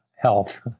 health